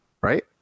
Right